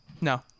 No